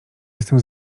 jestem